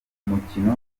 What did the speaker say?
umukino